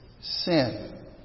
sin